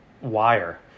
wire